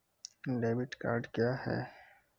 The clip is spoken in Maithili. डेबिट कार्ड क्या हैं?